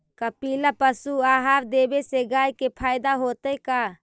कपिला पशु आहार देवे से गाय के फायदा होतै का?